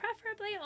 preferably